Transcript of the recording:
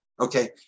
Okay